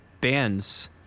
bands